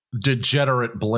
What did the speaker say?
Degenerate